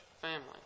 family